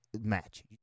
match